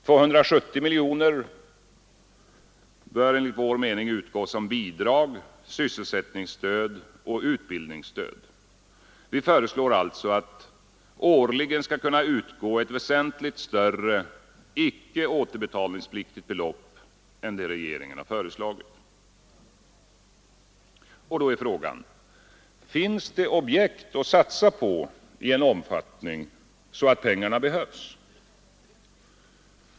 270 miljoner bör enligt vår mening utgå som ett bidrag, sysselsättningsstöd och utbildningsstöd. Vi föreslår alltså att årligen skall kunna utgå ett väsentligt större, icke återbetalningspliktigt belopp än regeringen föreslagit. Och då är frågan: Finns det objekt att satsa på i en sådan omfattning att pengarna behövs?